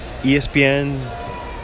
ESPN